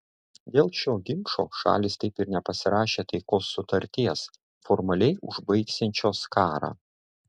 dėl šio ginčo šalys taip ir nepasirašė taikos sutarties formaliai užbaigsiančios karą